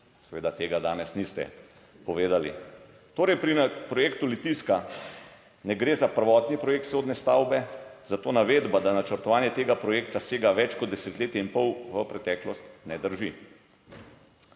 seveda tega danes niste povedali. Torej pri projektu Litijska ne gre za prvotni projekt sodne stavbe, zato navedba, da načrtovanje tega projekta sega več kot desetletje in pol v preteklost, ne drži!